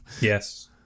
Yes